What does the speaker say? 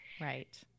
Right